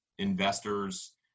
investors